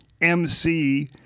MC